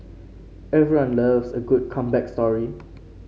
everyone loves a good comeback story